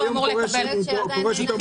מה היום קורה כשהוא פורש יותר מוקדם?